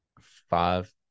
Five